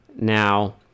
Now